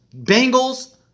Bengals